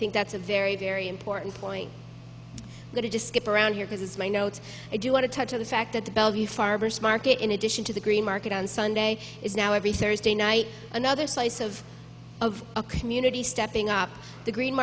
think that's a very very important point that i just skip around here because it's my notes i do want to touch on the fact that the bellevue farmer's market in addition to the green market on sunday is now every thursday night another slice of of a community stepping up the green